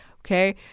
Okay